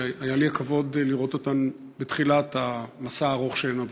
והיה לי הכבוד לראות אותן בתחילת המסע הארוך שהן עברו.